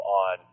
on